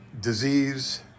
disease